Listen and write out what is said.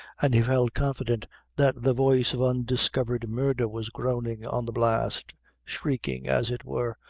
and he felt confident that the voice of undiscovered murder was groaning on the blast shrieking, as it were,